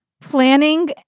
Planning